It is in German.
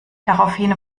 daraufhin